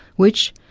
which,